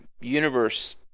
universe